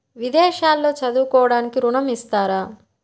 విదేశాల్లో చదువుకోవడానికి ఋణం ఇస్తారా?